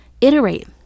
Iterate